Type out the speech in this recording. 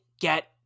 get